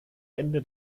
ende